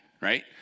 right